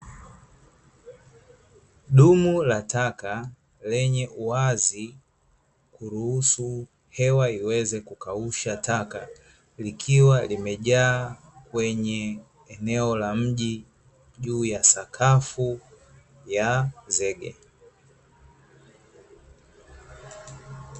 Dumu la taka lenye uwazi kuruhusu hewa iweze kukausha taka, likiwa limejaa kwenye eneo la mji juu ya sakafu ya zege .